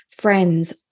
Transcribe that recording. Friends